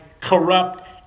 corrupt